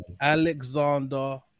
Alexander